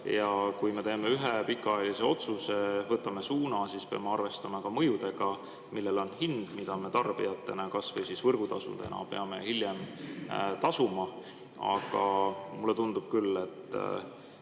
Kui me teeme ühe pikaajalise otsuse, võtame suuna, siis peame arvestama ka mõjudega, millel on hind, mida me tarbijatena kas või võrgutasudena peame hiljem tasuma. Aga mulle tundub küll, et